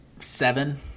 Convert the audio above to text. seven